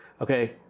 Okay